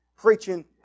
preaching